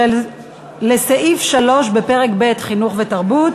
להסתייגות לסעיף 3 בפרק ב': חינוך ותרבות,